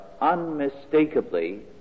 unmistakably